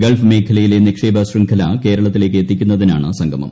Gulf മേഖലയിലെ നിക്ഷേപക ശൃംഖല കേരളത്തിലേക്ക് എത്തിക്കുന്നതിനാണ് സംഗമം